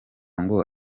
ngo